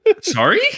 Sorry